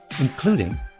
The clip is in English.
including